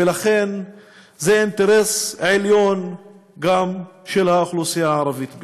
ולכן זה אינטרס עליון גם של האוכלוסייה הערבית בישראל.